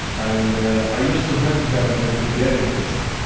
and i used to help her by preparing this.